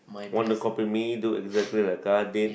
want to copy me do exactly like I did